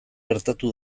gertatu